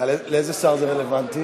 לאיזה שר זה רלוונטי?